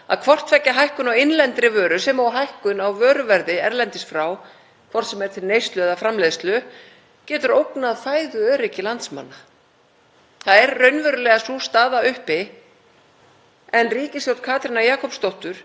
Það er raunverulega sú staða uppi en ríkisstjórn Katrínar Jakobsdóttur hefur því miður lítinn áhuga á að koma heimilunum í landinu til aðstoðar vegna síhækkandi verðlags og verðbólguskots.